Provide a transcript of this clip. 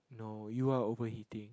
no you are overheating